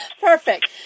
Perfect